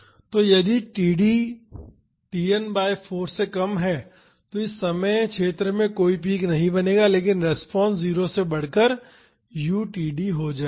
तो यदि td Tn by 4 कम है तो इस समय क्षेत्र में कोई पीक नहीं बनेगा लेकिन रिस्पांस 0 से बढ़कर u td हो जायेगा